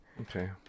okay